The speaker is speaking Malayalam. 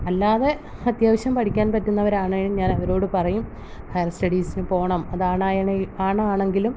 അല്ലാതെ അത്യാവശ്യം പഠിക്കാൻ പറ്റുന്നവരാണെങ്കില് ഞാനവരോട് പറയും ഹയർ സ്റ്റഡീസിന് പോകണം അതാണായണെ ആണാണെങ്കിലും